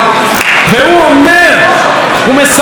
והוא אומר, הוא מספר שם,